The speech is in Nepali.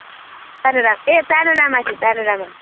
प्यानोरामा ए प्यानोरामा चाहिँ प्यानोरामा